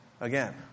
again